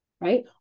right